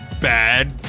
Bad